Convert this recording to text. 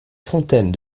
fontaine